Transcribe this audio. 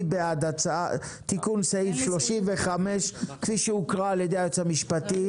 מי בעד תיקון סעיף 35 כפי שהוקרא על ידי היועץ המשפטי?